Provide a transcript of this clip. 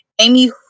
Amy